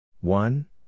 one